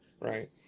right